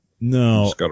No